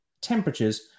temperatures